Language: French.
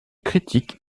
critique